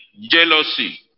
jealousy